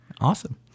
Awesome